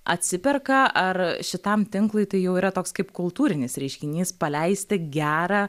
atsiperka ar šitam tinklui tai jau yra toks kaip kultūrinis reiškinys paleisti gerą